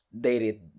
dated